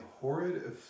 horrid